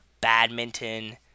badminton